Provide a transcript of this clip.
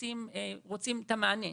רוצים את המענה.